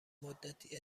مدتی